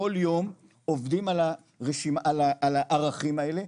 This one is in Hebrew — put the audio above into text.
כל יום עובדים על הערכים האלה,